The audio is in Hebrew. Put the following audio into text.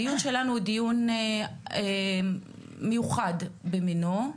הדיון שלנו הוא דיון מיוחד במינו.